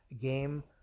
game